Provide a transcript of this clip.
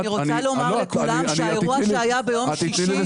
אני רוצה לומר לכולם שהאירוע שהיה ביום שישי --- לא,